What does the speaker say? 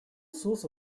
source